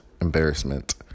embarrassment